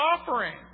offering